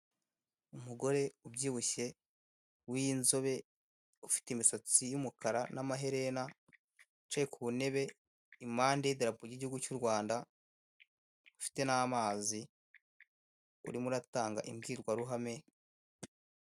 Umugore ubyibushye w'inzobe ufite imisatsi y'umukara n'amaherena wicaye ku ntebe iruhande rw'idarapo ry'igihugu cy'urwanda ufite n'amazi urimo uratanga imbwirwaruhame.